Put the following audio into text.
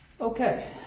Okay